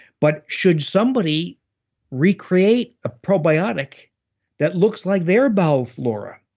but should somebody recreate a probiotic that looks like their bowel flora,